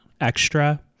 extra